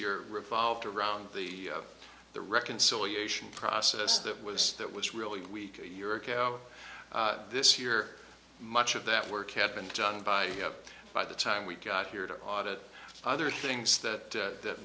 year revolved around the the reconciliation process that was that was really weak a year ago this year much of that work had been done by by the time we got here to audit other things that